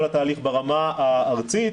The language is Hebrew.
הדבר הזה באמת יעזור לפשט את כל התהליך ברמה הארצית,